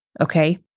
okay